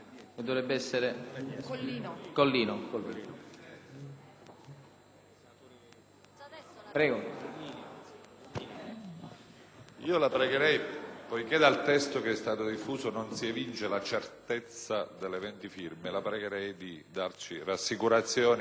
Signor Presidente, poiché dal testo che è stato diffuso non si evince la certezza delle venti firme, la pregherei di darci rassicurazioni in questo senso. PRESIDENTE. Sono tutti presenti.